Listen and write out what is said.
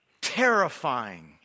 terrifying